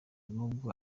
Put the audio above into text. nubwo